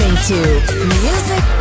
music